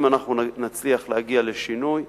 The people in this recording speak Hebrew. אם אנחנו נצליח להגיע לשינוי,